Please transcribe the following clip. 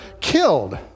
killed